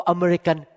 American